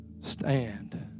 Stand